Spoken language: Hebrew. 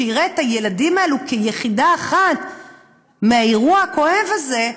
שיראה את הילדים האלה כיחידה אחת עם האירוע הכואב הזה,